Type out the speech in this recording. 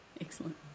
Excellent